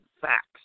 facts